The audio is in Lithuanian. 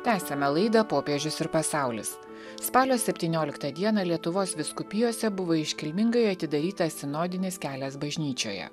tęsiame laidą popiežius ir pasaulis spalio septynioliktą dieną lietuvos vyskupijose buvo iškilmingai atidarytas sinodinis kelias bažnyčioje